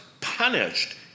punished